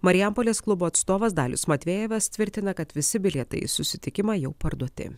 marijampolės klubo atstovas dalius matvejevas tvirtina kad visi bilietai į susitikimą jau parduoti